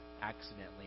accidentally